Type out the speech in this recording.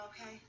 okay